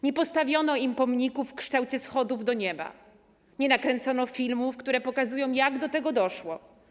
Nie postawiono im pomników w kształcie schodów do nieba, nie nakręcono filmów, które pokazują, jak do tego doszło.